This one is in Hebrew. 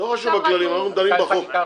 לא חשוב הכללים, אנחנו דנים בחוק.